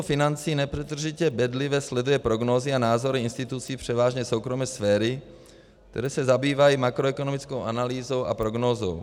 Ministerstvo financí nepřetržitě bedlivě sleduje prognózy a názory institucí převážně soukromé sféry, které se zabývají makroekonomickou analýzou a prognózou.